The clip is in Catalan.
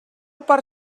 per